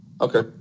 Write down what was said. okay